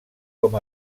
com